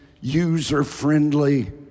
user-friendly